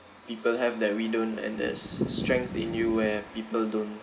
people have that we don't and there's strength in you where people don't